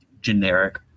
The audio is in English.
generic